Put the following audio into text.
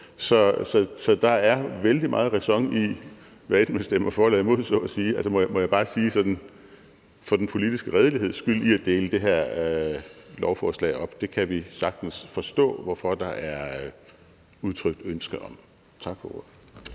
så der er vældig meget ræson i – hvad enten man stemmer for eller imod, må jeg bare sige for sådan den politiske redeligheds skyld – at dele det her lovforslag op, og det kan vi sagtens forstå hvorfor der er udtrykt ønske om. Tak for